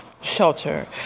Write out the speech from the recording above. shelter